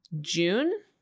June